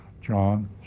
John